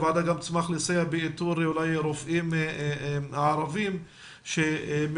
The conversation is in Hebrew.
הוועדה גם תשמח לסייע באיתור רופאים ערבים שמעוניינים